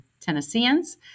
Tennesseans